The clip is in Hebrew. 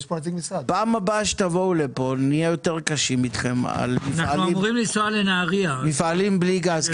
בפעם הבאה שתבואו לפה נהיה יותר קשים איתכם על מפעלים בלי גז.